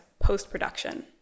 post-production